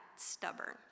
stubborn